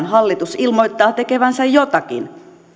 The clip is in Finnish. hallitus ilmoittaa tekevänsä jotakin